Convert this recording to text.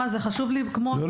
זה חשוב לי כמו --- לא,